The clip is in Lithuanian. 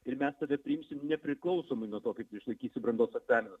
ir mes tave priimsim nepriklausomai nuo to kaip tu išlaikysi brandos egzaminą